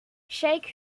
shake